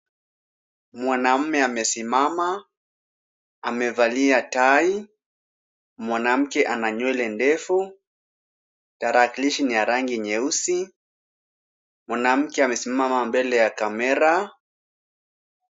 Mwanamume amesimama amevalia tai, mwanamke ana nywele ndefu, tarakilishi ni ya rangi nyeusi. Mwanamke amesimama mbele ya kamera.